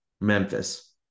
Memphis